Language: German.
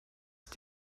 ist